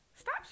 stop